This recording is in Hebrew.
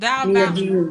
תודה רבה.